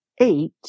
eight